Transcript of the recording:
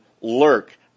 lurk